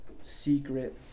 secret